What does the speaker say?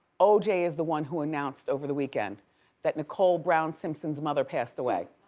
o j. is the one who announced over the weekend that nicole brown simpson's mother passed away.